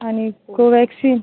आणि कोवॅक्सिन